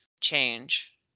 change